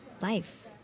life